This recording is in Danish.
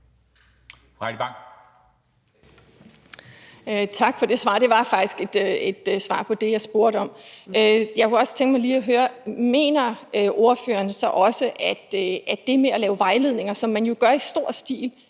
Tak for det svar. Det var faktisk et svar på det, jeg spurgte om. Jeg kunne også godt tænke mig lige at høre: Mener ordføreren så også, at det med at lave vejledninger, som man nu gør i stor stil,